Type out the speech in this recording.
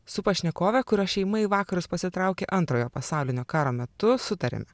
su pašnekove kurio šeima į vakarus pasitraukė antrojo pasaulinio karo metu sutarėme